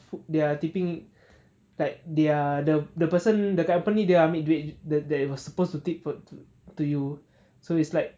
food their tipping like their the the person the company they ambil duit the the that it was supposed to tip but t~ to you so it's like